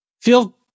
feel